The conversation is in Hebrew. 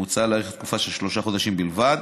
מוצע להאריך לתקופה של שלושה חודשים בלבד,